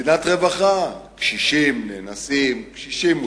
מדינת רווחה שבה קשישים נאנסים, קשישים נתקפים,